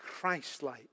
Christ-like